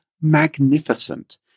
magnificent